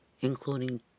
including